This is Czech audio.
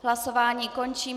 Hlasování končím.